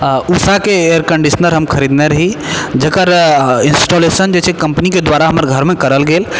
उषाके air conditioner हम खरीदने रही जकर इंस्टालेशन जे छै कंपनीके द्वारा हमर घरमे करल गेल